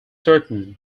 certain